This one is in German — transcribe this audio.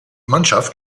mannschaft